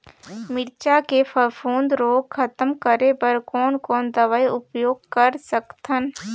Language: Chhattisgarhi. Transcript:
मिरचा के फफूंद रोग खतम करे बर कौन कौन दवई उपयोग कर सकत हन?